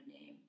name